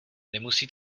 nemusí